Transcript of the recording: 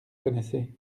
connaissez